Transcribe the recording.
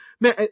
man